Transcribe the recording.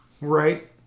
right